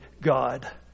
God